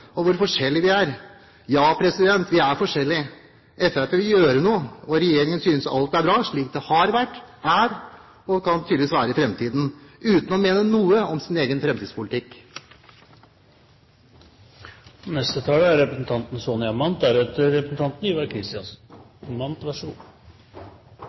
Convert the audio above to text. om hvor forskjellige vi er. Ja, vi er forskjellige. Fremskrittspartiet vil gjøre noe. Regjeringen synes alt er bra – slik det har vært, slik det er, og slik det tydeligvis kan være i fremtiden – uten å mene noe om sin egen fremtidspolitikk. Jeg kan forsikre foregående taler om at helse er